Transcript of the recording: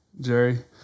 Jerry